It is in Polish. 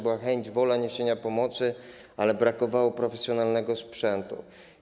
Była chęć, wola niesienia pomocy, ale brakowało profesjonalnego sprzętu.